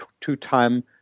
two-time